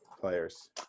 players